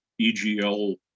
EGL